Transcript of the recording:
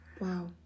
wow